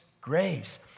grace